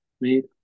made